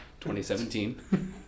2017